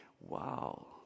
Wow